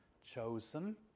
chosen